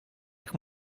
jekk